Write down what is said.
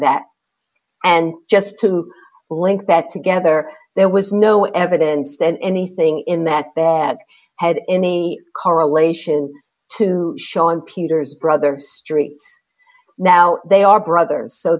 that and just to link that together there was no evidence that anything in that that had any correlation to showing peter's brother streets now they are brothers so